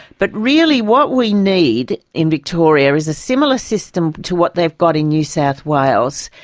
but really what we need in victoria is a similar system to what they've got in new south wales.